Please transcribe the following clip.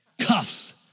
Cuffs